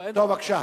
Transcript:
בבקשה.